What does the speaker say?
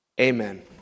Amen